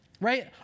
Right